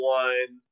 one